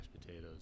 potatoes